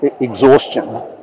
exhaustion